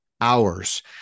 hours